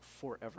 forever